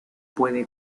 puede